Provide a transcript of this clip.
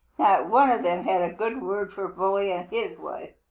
one of them had a good word for bully and his wife.